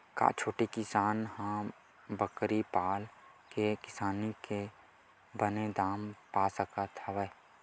का छोटे किसान ह बकरी पाल के किसानी के बने दाम पा सकत हवय?